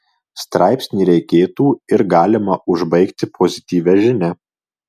straipsnį reikėtų ir galima užbaigti pozityvia žinia